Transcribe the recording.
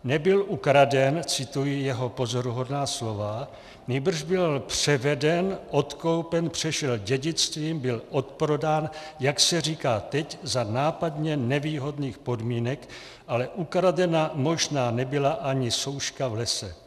Nebyl ukraden cituji jeho pozoruhodná slova , nýbrž byl převeden, odkoupen, přešel dědictvím, byl odprodán, jak se říká teď, za nápadně nevýhodných podmínek, ale ukradena možná nebyla ani souška v lese.